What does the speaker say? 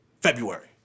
February